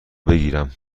بگیرم